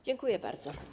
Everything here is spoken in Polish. Dziękuję bardzo.